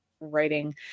writing